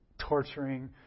torturing